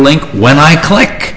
link when i click